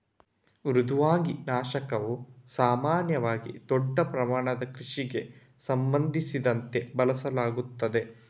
ಮೃದ್ವಂಗಿ ನಾಶಕವು ಸಾಮಾನ್ಯವಾಗಿ ದೊಡ್ಡ ಪ್ರಮಾಣದ ಕೃಷಿಗೆ ಸಂಬಂಧಿಸಿದಂತೆ ಬಳಸಲಾಗುತ್ತದೆ